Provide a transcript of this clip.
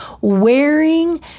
wearing